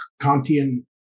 Kantian